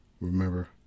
remember